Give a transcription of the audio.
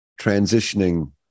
transitioning